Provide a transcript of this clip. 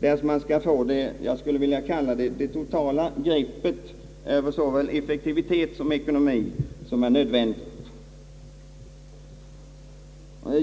därest man skall få det totala greppet över såväl effektivitet som ekonomi som är nödvändigt.